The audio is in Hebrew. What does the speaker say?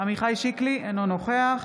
עמיחי שקלי, אינו נוכח